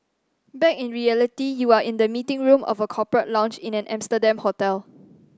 back in reality you are in the meeting room of a corporate lounge in an Amsterdam hotel